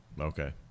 Okay